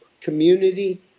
community